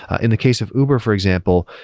in the case of uber, for example,